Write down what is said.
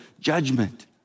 judgment